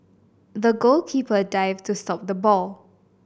the goalkeeper dived to stop the ball